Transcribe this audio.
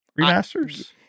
remasters